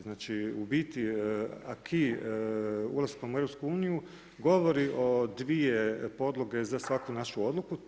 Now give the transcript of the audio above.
Znači u biti acquis ulaskom u EU govori o dvije podloge za svaku našu odluku.